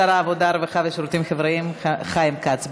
שר העבודה הרווחה והשירותים החברתיים חיים כץ.